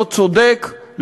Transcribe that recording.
לא צודק,